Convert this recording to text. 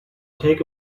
take